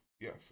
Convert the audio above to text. Yes